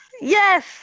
yes